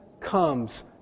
comes